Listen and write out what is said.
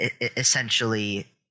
essentially –